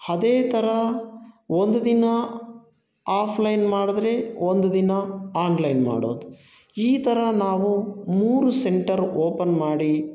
ಅದೇ ಥರ ಒಂದು ದಿನ ಆಫ್ಲೈನ್ ಮಾಡಿದ್ರೆ ಒಂದು ದಿನ ಆನ್ಲೈನ್ ಮಾಡೋದು ಈ ಥರ ನಾವು ಮೂರು ಸೆಂಟರ್ ಓಪನ್ ಮಾಡಿ